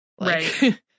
Right